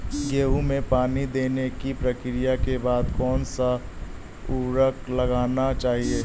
गेहूँ में पानी देने की प्रक्रिया के बाद कौन सा उर्वरक लगाना चाहिए?